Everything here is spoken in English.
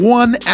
one